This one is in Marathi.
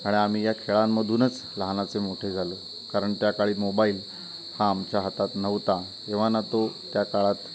आणि आम्ही या खेळांमधूनच लहानाचे मोठे झालो कारण त्या काळी मोबाईल हा आमच्या हातात नव्हता किंवा ना तो त्या काळात